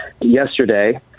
Yesterday